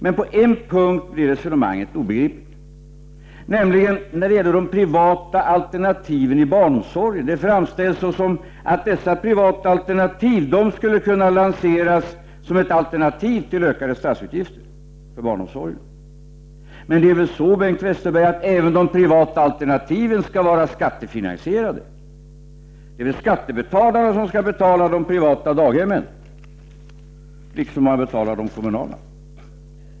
Men på en punkt blir resonemanget obegripligt, nämligen när det gäller de privata alternativen inom barnomsorgen. Det framställs som att dessa privata alternativ skulle kunna lanseras som ett alternativ till ökade utgifter för barnomsorgen. Det är väl så, Bengt Westerberg, att även de privata alternativen skall vara skattefinansierade. Det är skattebetalarna som skall betala de privata daghemmen, liksom som de betalar de kommunala.